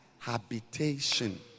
Habitation